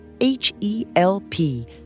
H-E-L-P